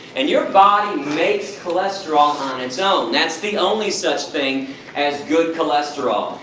and your body makes cholesterol on its own, that's the only such thing as good cholesterol.